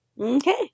Okay